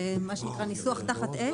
ומה שנקרא ניסוח תחת אש,